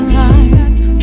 life